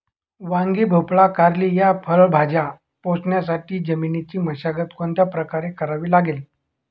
वांगी, भोपळा, कारली या फळभाज्या पोसण्यासाठी जमिनीची मशागत कोणत्या प्रकारे करावी लागेल?